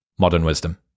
modernwisdom